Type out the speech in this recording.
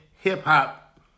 hip-hop